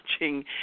watching